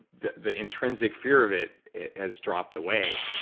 the the intrinsic fear of it it has dropped away.